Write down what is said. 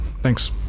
Thanks